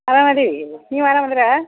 ಆರಾಮಿದೀವಿ ನೀವು ಆರಾಮಿದೀರಾ